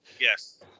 yes